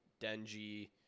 Denji